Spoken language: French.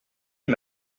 est